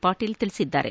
ಪಾಟೀಲ್ ಹೇಳಿದ್ದಾರೆ